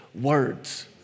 words